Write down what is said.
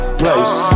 place